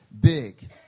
big